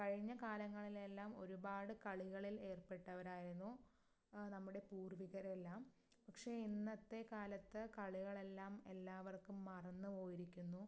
കഴിഞ്ഞ കാലങ്ങളിലെല്ലാം ഒരുപാട് കളികളിൽ ഏർപ്പെട്ടവരായിരുന്നു നമ്മുടെ പൂർവ്വികരെല്ലാം പക്ഷെ ഇന്നത്തെ കാലത്ത് കളികളെല്ലാം എല്ലാവർക്കും മറന്ന് പോയിരിക്കുന്നു